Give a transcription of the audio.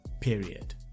period